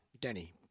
Danny